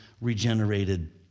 regenerated